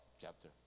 Chapter